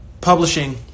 Publishing